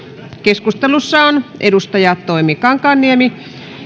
keskustelussa ovat toimi kankaanniemi